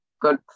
good